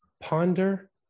ponder